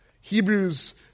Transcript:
Hebrews